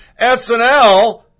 SNL